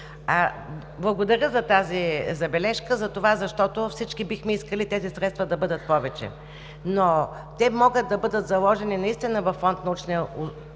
Благодаря за тази забележка, защото всички бихме искали тези средства да бъдат повече, но те могат да бъдат заложени наистина във фонд „Научни изследвания“